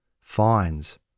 fines